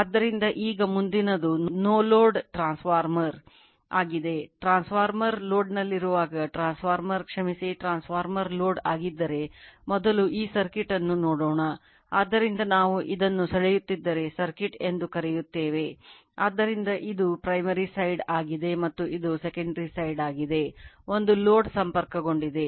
ಆದ್ದರಿಂದ ಈಗ ಮುಂದಿನದು no load transformer ಸಂಪರ್ಕಗೊಂಡಿದೆ